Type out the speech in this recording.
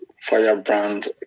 firebrand